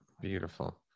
beautiful